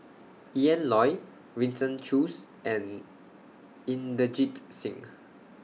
Ian Loy Winston Choos and Inderjit Singh